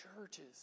churches